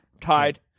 tied